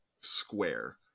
square